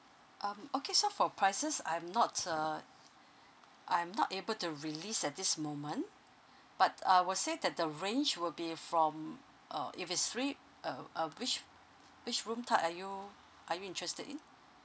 um okay so for prices I'm not uh I'm not able to release at this moment but I would say that the range will be from uh if it's three uh uh which which room type are you are you interested in